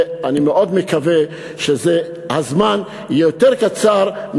אני מאוד מקווה שזה יהיה זמן קצר יותר